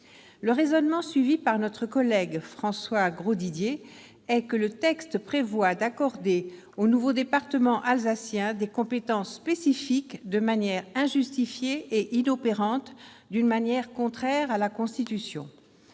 le raisonnement suivi par François Grosdidier, le texte prévoit d'accorder au nouveau département alsacien des compétences spécifiques de manière injustifiée et inopérante, d'une façon contraire à la Constitution.